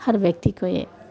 हर व्यक्ति को यह